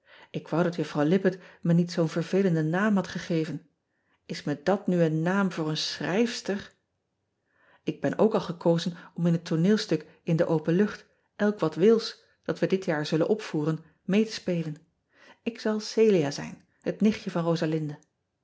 k wou dat uffrouw ippett me niet zoo n vervelende naam had gegeven is me dat nu een naam voor een chrijfster k ben ook al gekozen om in het tooneelstuk in de open lucht lck wat ils dat we dit jaar zullen opvoeren mee te spelen k zal elia zijn het nichtje van osalinde